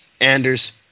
Anders